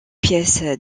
pièce